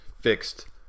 fixed